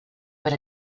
per